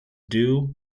due